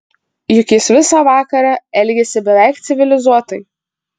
juk jis visą vakarą elgėsi beveik civilizuotai